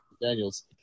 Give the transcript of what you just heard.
Daniels